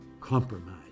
compromise